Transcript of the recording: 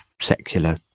secular